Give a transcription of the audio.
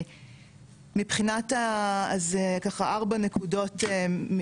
מבחינת אז ככה ארבע נקודות,